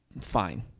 fine